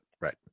Right